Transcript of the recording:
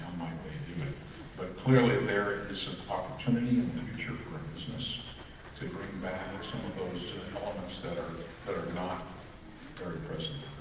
i mean but clearly there is opportunity and the nature of our business taking back some of those moments that are that are not very present